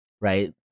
right